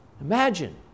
Imagine